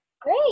Great